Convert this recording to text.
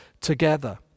together